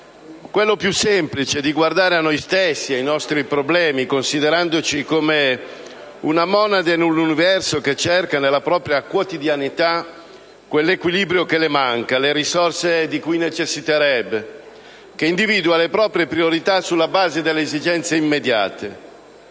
quello più semplice di guardare a noi stessi, ai nostri problemi, considerandoci come una monade in un universo che cerca nella propria quotidianità l'equilibrio che le manca, le risorse di cui necessiterebbe, e che individua le proprie priorità sulla base delle esigenze immediate.